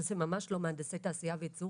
שאלה ממש לא מהנדסי תעשייה וייצור